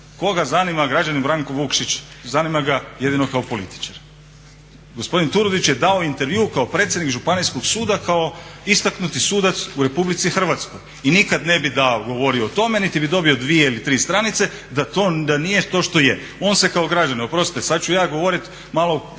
Koga zanima građani Branko Vukšić? Zanima ga jedino kao političar. Gospodin Turudić je dao intervju kao predsjednik Županijskog suda kao istaknuti sudac u Republici Hrvatskoj i nikada ne bi govorio o tome niti bi dobio dvije ili tri stranice da nije to što je. On se kao građanin, oprostite, sada ću ja govoriti malo